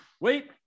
wait